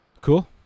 cool